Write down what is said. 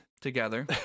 together